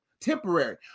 Temporary